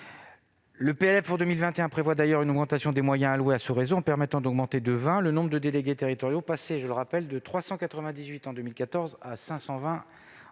Le PLF pour 2021 prévoit d'ailleurs une augmentation des moyens alloués à ce réseau en permettant d'accroître de 20 le nombre de délégués territoriaux, passé- je le rappelle -de 398 en 2014 à 520